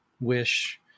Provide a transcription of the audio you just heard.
wish